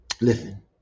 Listen